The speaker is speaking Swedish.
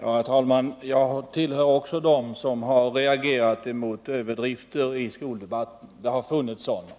Herr talman! Jag tillhör dem som har reagerat mot överdrifter i skoldebatten — det har funnits sådana.